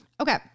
Okay